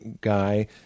guy